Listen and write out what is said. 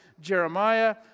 Jeremiah